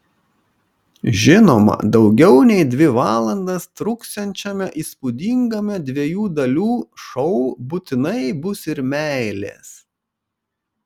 žinoma daugiau nei dvi valandas truksiančiame įspūdingame dviejų dalių šou būtinai bus ir meilės